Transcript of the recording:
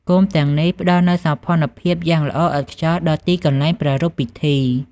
គោមទាំងនេះផ្តល់នូវសោភ័ណភាពយ៉ាងល្អឥតខ្ចោះដល់ទីកន្លែងប្រារព្ធពិធី។